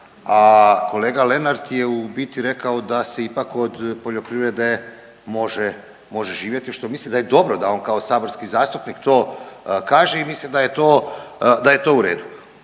a kolega Lenart je u biti rekao da se ipak od poljoprivrede može živjeti što mislim da je dobro da on kao saborski zastupnik to kaže. I mislim da je to u redu.